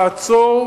לעצור